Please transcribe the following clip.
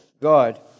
God